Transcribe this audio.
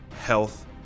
health